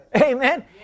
Amen